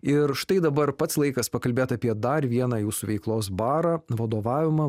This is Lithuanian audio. ir štai dabar pats laikas pakalbėt apie dar vieną jūsų veiklos barą vadovavimą